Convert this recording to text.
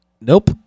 nope